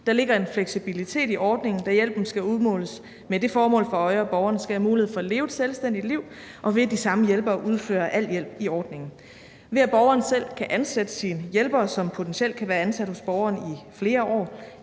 Der ligger en fleksibilitet i ordningen, da hjælpen skal udmåles med det formål for øje, at borgeren skal have mulighed for at leve et selvstændigt liv, ved at de samme hjælpere udfører al hjælp i ordningen. Ved at borgeren selv kan ansætte sine hjælpere, som potentielt kan være ansat hos borgeren i flere år,